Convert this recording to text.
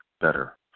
better